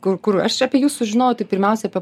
kur kur aš apie jus sužinojau tai pirmiausiai apie